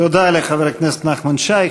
תודה לחבר הכנסת נחמן שי.